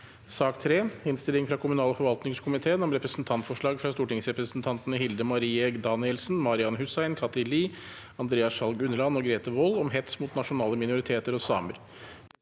Innstilling fra kommunal- og forvaltningskomiteen om Representantforslag fra stortingsrepresentantene Hilde Marie Gaebpie Danielsen, Marian Hussein, Kathy Lie, Andreas Sjalg Unneland og Grete Wold om hets mot nasjonale minoriteter og samer